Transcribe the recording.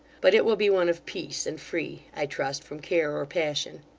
but it will be one of peace, and free, i trust, from care or passion.